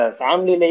family